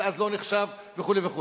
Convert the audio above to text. ואז זה לא נחשב וכו' וכו'.